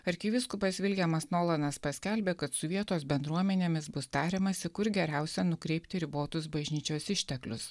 arkivyskupas williamas nolanas paskelbė kad su vietos bendruomenėmis bus tariamasi kur geriausia nukreipti ribotus bažnyčios išteklius